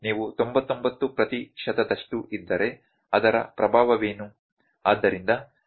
ನೀವು 99 ಪ್ರತಿಶತದಷ್ಟು ಇದ್ದರೆ ಅದರ ಪ್ರಭಾವವೇನು